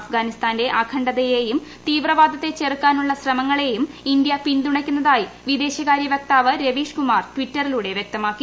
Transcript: അഫ്ഗാനിസ്ഥാന്റെ അഖണ്ഡതയെയും തീവ്രവാദത്തെ ചെറുക്കാനുള്ള ശ്രമങ്ങളെയും ഇന്ത്യ പിന്തുണയ്ക്കുന്നതായി വിദേശകാര്യ വക്താപ്പ് ത്യൂറിച്ച് കുമാർ ട്വീറ്റിലൂടെ വ്യക്തമാക്കി